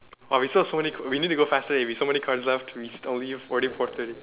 oh we still have so many we need to go faster eh we have so many cards left we only four thirty